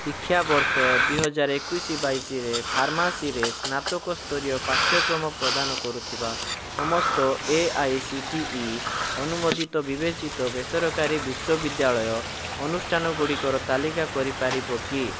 ଶିକ୍ଷାବର୍ଷ ଦୁଇହଜାରଏକୋଇଶ ବାଇଶରେ ଫାର୍ମାସିରେ ସ୍ନାତକ ସ୍ତରୀୟ ପାଠ୍ୟକ୍ରମ ପ୍ରଦାନ କରୁଥିବା ସମସ୍ତ A I C T E ଅନୁମୋଦିତ ବିବେଚିତ ବେସରକାରୀ ବିଶ୍ୱବିଦ୍ୟାଳୟ ଅନୁଷ୍ଠାନଗୁଡ଼ିକର ତାଲିକା କରିପାରିବ କି